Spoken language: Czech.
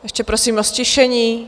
Ještě prosím o ztišení.